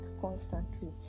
constantly